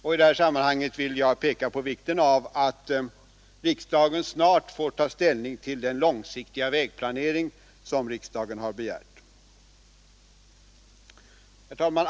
I det här sammanhanget vill jag påpeka vikten av att riksdagen snart får ta ställning till den långsiktiga vägplanering som riksdagen har begärt. Herr talman!